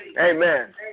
Amen